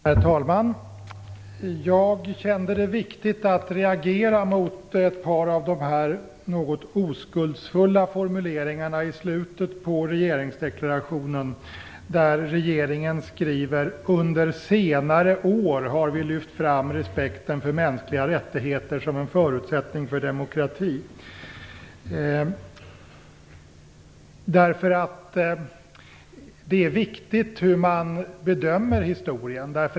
Herr talman! Jag kände att det var viktigt att reagera mot ett par av de något oskuldsfulla formuleringarna i slutet på regeringsdeklarationen, där regeringen skriver: "Under senare år har vi lyft fram respekten för mänskliga rättigheter som en förutsättning för demokrati." Det är viktigt hur man bedömer historien.